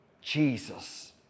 Jesus